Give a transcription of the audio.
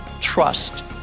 trust